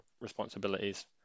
responsibilities